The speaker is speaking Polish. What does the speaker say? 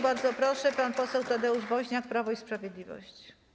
Bardzo proszę, pan poseł Tadeusz Woźniak, Prawo i Sprawiedliwość.